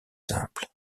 simple